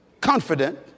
confident